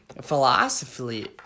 philosophy